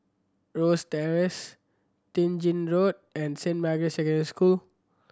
Rosyth Terrace Ten Gin Road and Saint Margaret's Secondary School